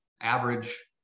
average